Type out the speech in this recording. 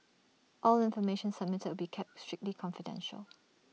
all information submitted will be kept strictly confidential